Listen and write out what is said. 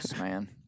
man